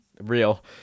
real